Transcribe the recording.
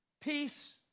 Peace